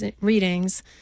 readings